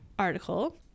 article